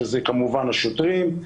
שזה כמובן השוטרים,